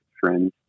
friends